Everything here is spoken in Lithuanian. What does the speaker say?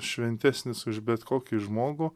šventesnis už bet kokį žmogų